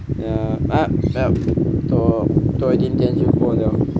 ya 多多一点点就过 liao